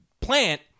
plant